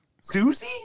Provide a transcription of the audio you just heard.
Susie